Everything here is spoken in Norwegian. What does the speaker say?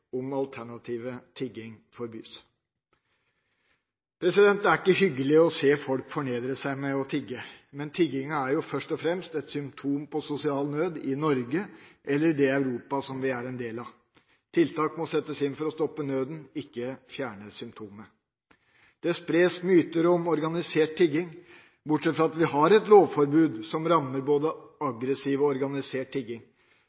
om alternativet tigging forbys. Det er ikke hyggelig å se folk fornedre seg med å tigge, men tiggingen er jo først og fremst et symptom på sosial nød, i Norge eller i det Europa som vi er en del av. Tiltak må settes inn for å stoppe nøden, ikke fjerne symptomet. Det spres myter om organisert tigging. Bortsett fra at vi har et lovforbud som rammer både aggressiv og organisert tigging,